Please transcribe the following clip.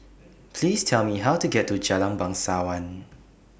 Please Tell Me How to get to Jalan Bangsawan